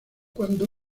cuando